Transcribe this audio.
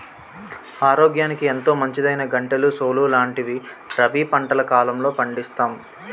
ఆరోగ్యానికి ఎంతో మంచిదైనా గంటెలు, సోలు లాంటివి రబీ పంటల కాలంలో పండిస్తాం